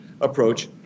approach